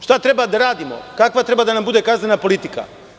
Šta treba da radimo, kakva treba da nam bude kaznena politika?